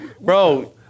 bro